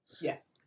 yes